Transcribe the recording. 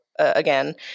again